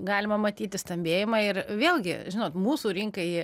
galima matyti stambėjimą ir vėlgi žinot mūsų rinkai